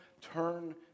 turn